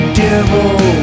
devil